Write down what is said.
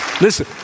Listen